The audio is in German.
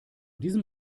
diesem